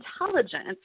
intelligence